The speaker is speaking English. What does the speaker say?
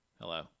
Hello